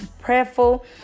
prayerful